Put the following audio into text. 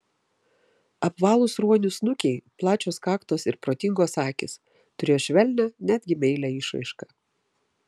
apvalūs ruonių snukiai plačios kaktos ir protingos akys turėjo švelnią netgi meilią išraišką